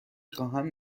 خواهم